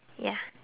ya